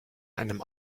einem